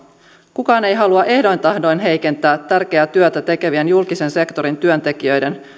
kukaan ei halua ehdoin tahdoin heikentää tärkeää työtä tekevien julkisen sektorin työntekijöiden